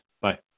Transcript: Bye